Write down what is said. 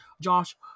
josh